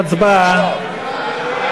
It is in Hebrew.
הצבעה.